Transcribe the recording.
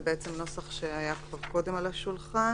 זה בעצם נוסח שהיה כבר קודם על השולחן.